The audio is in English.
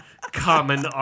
common